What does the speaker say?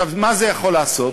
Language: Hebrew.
מה זה יכול לעשות?